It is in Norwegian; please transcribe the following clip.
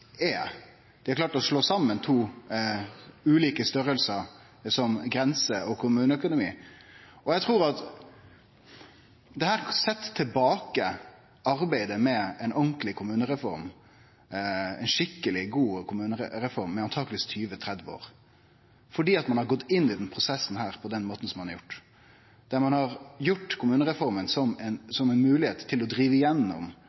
er. Dei har klart å slå saman to ulike størrelsar, som grenser og kommuneøkonomi. Eg trur at dette set tilbake arbeidet med ei ordentleg kommunereform – ei skikkeleg, god kommunereform – antakeleg med 20–30 år, fordi ein har gått inn i prosessen her slik ein har gjort. Ein har brukt kommunereforma som ei moglegheit til å drive igjennom